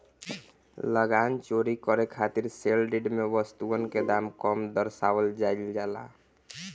लगान चोरी खातिर सेल डीड में वस्तुअन के दाम कम दरसावल जाइल जाला